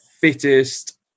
fittest